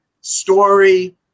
story